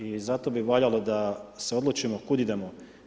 I zato bi valjalo da se odlučimo kud idemo.